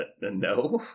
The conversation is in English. no